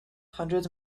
hundreds